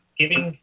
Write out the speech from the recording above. giving